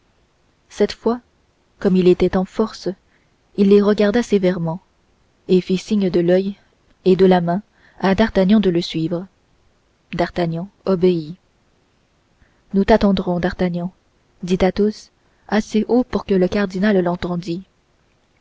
cette fois comme il était en force il les regarda sévèrement et fit signe de l'oeil et de la main à d'artagnan de le suivre d'artagnan obéit nous t'attendrons d'artagnan dit athos assez haut pour que le cardinal l'entendit